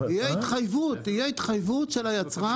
תהיה התחייבות של היצרן,